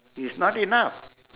it's not enough